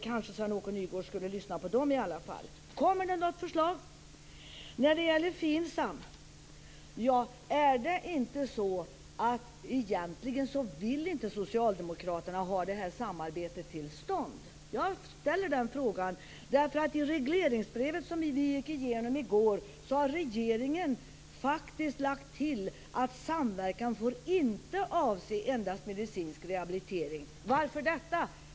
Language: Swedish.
Kanske skulle Sven-Åke Nygårds i alla fall lyssna på LO. Kommer det något förslag? Vad gäller FINSAM undrar jag om det egentligen är så att socialdemokraterna inte vill ha det samarbetet till stånd. Jag ställer den frågan. I det regleringsbrev som vi gick igenom i går har regeringen nämligen lagt till att samverkan inte får avse endast medicinsk rehabilitering. Varför då?